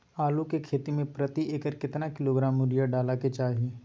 आलू के खेती में प्रति एकर केतना किलोग्राम यूरिया डालय के चाही?